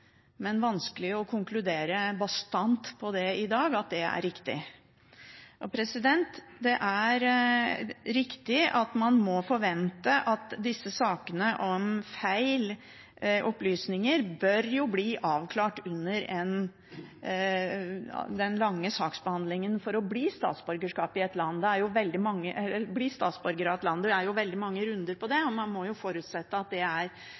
men vanskelig i dag å konkludere bastant med at det er riktig. Det er riktig at man i disse sakene må forvente at feil opplysninger blir avklart under den lange saksbehandlingen for å bli statsborger av et land. Det er veldig mange runder på det, og man må forutsette at det er såpass sikre saksbehandlingsprosesser at i de aller fleste tilfellene blir de luket ut, de som bevisst har jukset. For det er